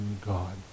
God